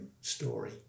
story